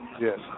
Yes